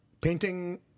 Painting